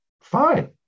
Fine